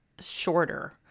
shorter